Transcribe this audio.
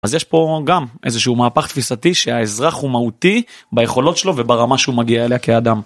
אז יש פה גם איזה שהוא מהפך תפיסתי שהאזרח הוא מהותי ביכולות שלו וברמה שהוא מגיע אליה כאדם.